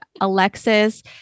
Alexis